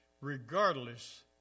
regardless